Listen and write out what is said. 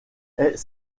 est